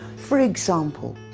for example,